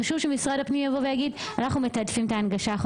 חשוב שמשרד הפנים יגיד שהוא מתעדף את ההגשה,